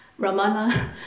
Ramana